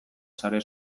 sare